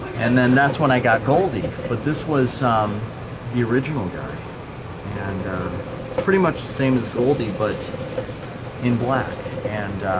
and then that's when i got goldie, but this was um the original guy and it's pretty much same as goldie but in black and